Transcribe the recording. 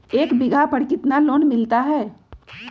एक बीघा पर कितना लोन मिलता है?